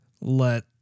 let